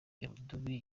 irudubi